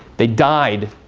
they died.